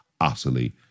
utterly